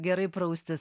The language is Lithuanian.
gerai praustis